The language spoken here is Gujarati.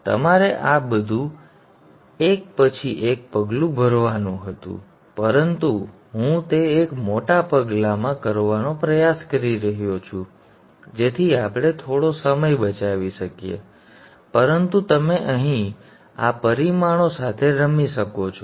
હવે તમારે આ બધું એક પછી એક પગલું ભરવાનું હતું પરંતુ હું તે એક મોટા પગલામાં કરવાનો પ્રયાસ કરી રહ્યો છું જેથી આપણે થોડો સમય બચાવી શકીએ પરંતુ તમે અહીં આ પરિમાણો સાથે રમી શકો છો